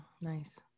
nice